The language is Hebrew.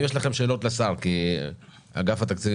אם יש לכם שאלות לשר כי אגף התקציבים